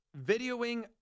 videoing